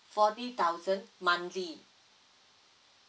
forty thousand monthly